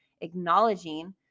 acknowledging